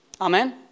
Amen